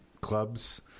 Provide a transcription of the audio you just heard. clubs